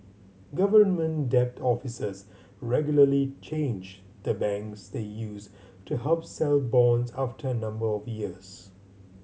government debt officers regularly change the banks they use to help sell bonds after a number of years